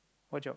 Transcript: what job